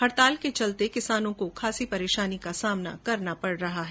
हड़ताल के चलते किसानों को परेशानी का सामना करना पड़ रहा है